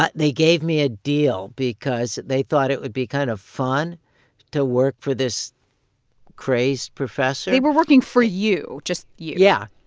but they gave me a deal because they thought it would be kind of fun to work for this crazed professor they were working for you, just you? yeah.